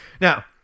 Now